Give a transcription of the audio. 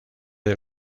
del